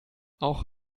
auch